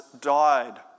died